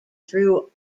through